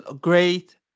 great